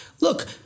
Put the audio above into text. look